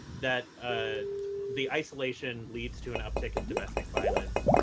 that ah the isolation leads to an uptick in domestic violence.